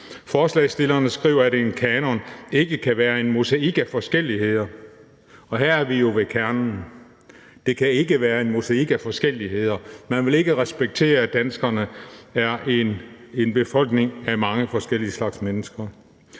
Forslagsstillerne skriver, at en kanon ikke kan være en mosaik af forskelligheder, og her er vi jo ved kernen: Det kan ikke være en mosaik af forskelligheder. Man vil ikke respektere, at danskerne er en befolkning af mange forskellige slags mennesker.